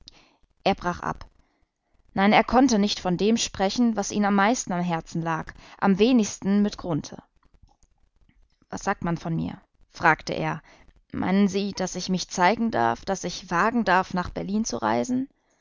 er brach ab nein er konnte nicht von dem sprechen was ihm am meisten am herzen lag am wenigsten mit grunthe was sagt man von mir fragte er meinen sie daß ich mich zeigen darf daß ich wagen darf nach berlin zu reisen